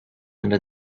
under